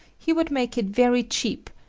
he would make it very cheap,